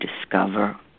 discover